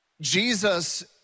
Jesus